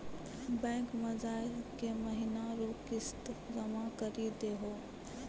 bank मे जाय के महीना रो किस्त जमा करी दहो